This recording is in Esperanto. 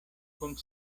kun